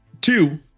Two